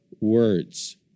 words